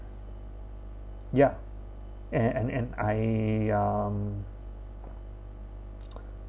yup and and and I um